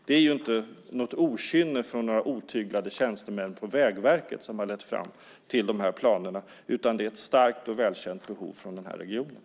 Det är inte något okynne från några otyglade tjänstemän på Vägverket som lett fram till dessa planer, utan ett starkt och välkänt behov från regionen.